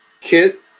Kit